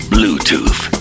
Bluetooth